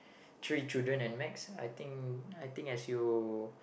three children at max lah I think I think as you